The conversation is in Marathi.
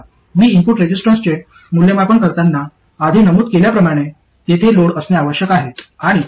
मी इनपुट रेजिस्टन्सचे मूल्यमापन करताना आधी नमूद केल्याप्रमाणे तेथे लोड असणे आवश्यक आहे